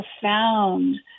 profound